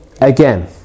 again